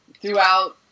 throughout